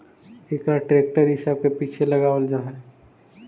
एकरा ट्रेक्टर इ सब के पीछे लगावल जा हई